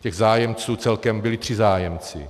Těch zájemců celkem, byli tři zájemci.